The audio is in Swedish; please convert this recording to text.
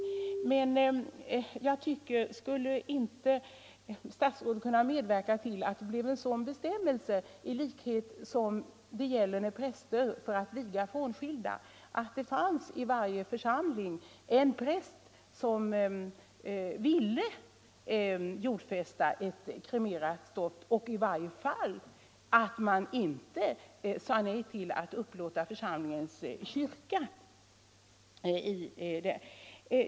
Men skulle inte statsrådet ändå kunna medverka till att vi fick en bestämmelse, i likhet med vad som gäller för vigsel av frånskilda, om att det i varje församling skall finnas en präst som jordfäster ett kremerat stoft och att man i varje fall inte säger nej till att upplåta församlingens kyrka för detta?